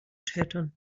tätern